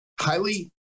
highly